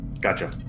Gotcha